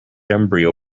embryo